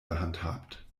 gehandhabt